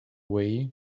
way